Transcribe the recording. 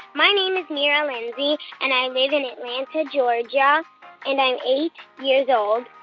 my name is neera lindsey, and i live in atlanta, ga. and i'm eight years old.